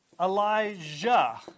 Elijah